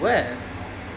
oh where